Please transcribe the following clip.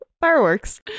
Fireworks